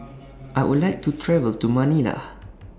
I Would like to travel to Manila